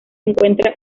encuentra